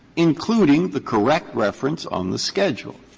including the correct reference on the schedule.